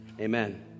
Amen